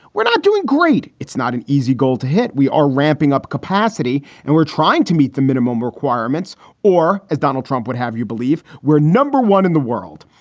we're not doing great. it's not an easy goal to hit. we are ramping up capacity and we're trying to meet the minimum requirements or as donald trump would have you believe. we're number one in the world.